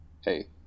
Hey